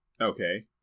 Okay